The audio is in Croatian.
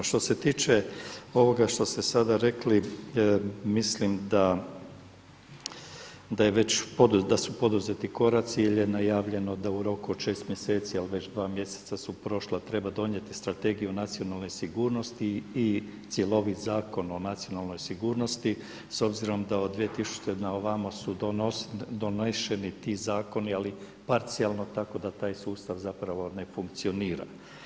Što se tiče ovoga što ste sada rekli mislim da je već, da su poduzeti koraci jer je najavljeno da u roku od 6 mjeseci, ali već 2 mjeseca su prošla, treba donijeti Strategiju nacionalne sigurnosti i cjelovit Zakon o nacionalnoj sigurnosti s obzirom da od 2000. na ovamo su doneseni ti zakoni ali parcijalno tako da taj sustav zapravo ne funkcionira.